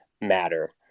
matter